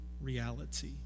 reality